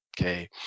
okay